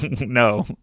No